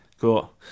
Cool